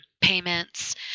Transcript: payments